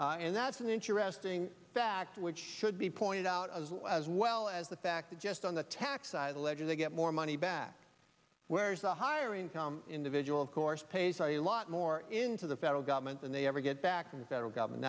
taxes and that's an interesting fact which should be pointed out as well as the fact that just on the tax side of the ledger they get more money back where's the higher income individual of course pays a lot more into the federal government than they ever get back from the federal government